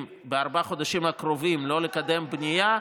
בארבעה החודשים הקרובים לא לקדם בנייה,